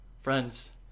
friends